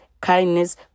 kindness